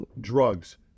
drugs